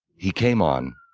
he came on.